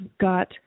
got